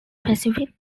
pacific